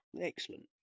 Excellent